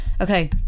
okay